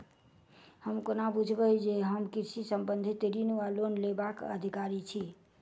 हम कोना बुझबै जे हम कृषि संबंधित ऋण वा लोन लेबाक अधिकारी छी?